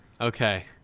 Okay